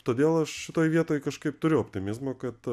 todėl aš šitoj vietoj kažkaip turiu optimizmo kad